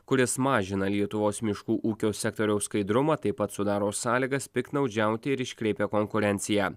kuris mažina lietuvos miškų ūkio sektoriaus skaidrumą taip pat sudaro sąlygas piktnaudžiauti ir iškreipia konkurenciją